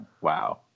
Wow